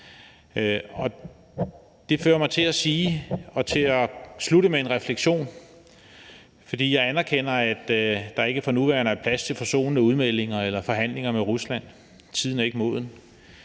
Det fører mig til at slutte med en refleksion, for jeg anerkender, at der ikke for nuværende er plads til forsonende udmeldinger eller forhandlinger med Rusland. Tiden er ikke moden